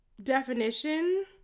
definition